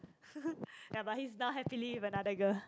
ya but he's now happily with another girl